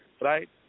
right